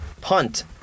punt